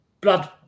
blood